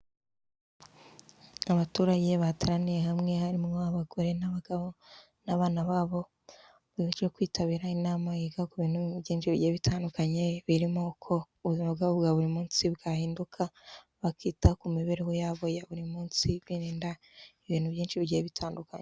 Abaturage bateraniye hamwe harimo abagore n'abagabo n'abana babo baje kwitabira inama yiga ku bintu byinshi bigiye bitandukanye, birimo uko ubuzima bwabo bwa buri munsi bwahinduka bakita ku mibereho yabo ya buri munsi birinda ibintu byinshi bigiye bitandukanye.